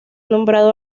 nombrado